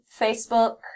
Facebook